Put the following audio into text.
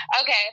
Okay